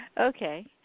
Okay